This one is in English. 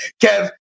Kev